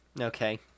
Okay